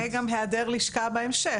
וגם היעדר לשכה בהמשך.